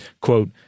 quote